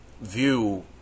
view